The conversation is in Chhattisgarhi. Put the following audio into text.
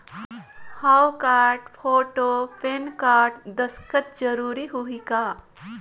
हव कारड, फोटो, पेन कारड, दस्खत जरूरी होही का?